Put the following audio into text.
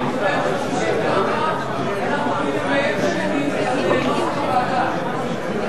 54, אנחנו רוצים על נוסח הוועדה, רוצים לנמק אותה.